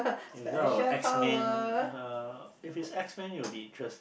if you talk about X Men uh if it's X Men it will interest